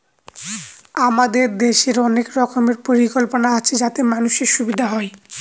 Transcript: আমাদের দেশের অনেক রকমের পরিকল্পনা আছে যাতে মানুষের সুবিধা হয়